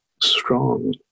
strong